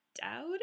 doubt